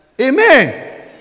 Amen